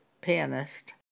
pianist